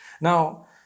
Now